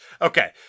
okay